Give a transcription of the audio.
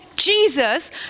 Jesus